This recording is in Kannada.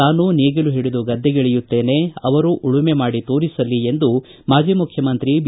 ತಾನೂ ನೇಗಿಲು ಒಡಿದು ಗದ್ಗೆಗಿಳಿಯುತ್ತೇನೆ ಅವರೂ ಉಳುಮೆ ಮಾಡಿ ತೋರಿಸಲಿ ಎಂದು ಮಾಜಿ ಮುಖ್ಯಮಂತ್ರಿ ಬಿ